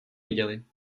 viděli